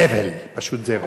זבל, פשוט זבל.